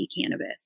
cannabis